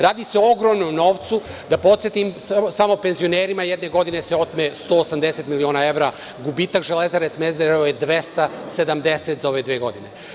Radi se o ogromnom novcu, da podsetim, samo penzionerima jedne godine se otme 180 miliona evra, gubitak „Železare“ Smederevo je 270 za ove dve godine.